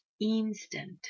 instant